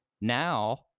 now